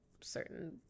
certain